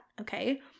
okay